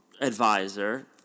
advisor